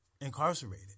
incarcerated